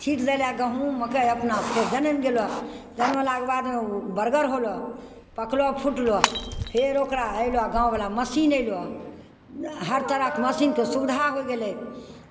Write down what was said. छीँट देलह गहूम मक्कइ अपना फेर जनमि गेलह जनमलाके बादमे ओ बड़गड़ होलह पकलह फुटलह फेर ओकरा अयलह गाँववला मशीन अयलह हर तरहके मशीनके सुविधा होय गेलै